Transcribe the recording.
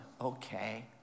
okay